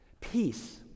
Peace